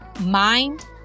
mind